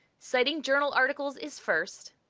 citing journal articles is first,